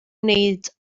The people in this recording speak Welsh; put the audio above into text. wneud